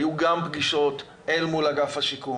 היו גם פגישות אל מול אגף השיקום,